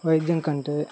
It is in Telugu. వైద్యంకంటే